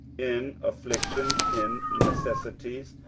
in afflictions, in necessities,